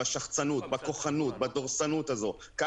בשחצנות, בכוחנות, בדורסנות הזאת.